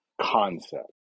concept